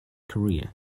korea